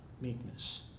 meekness